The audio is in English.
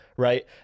Right